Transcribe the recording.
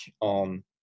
on